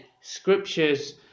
scriptures